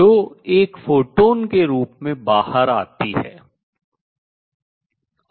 जो एक फोटॉन के रूप में बाहर आती है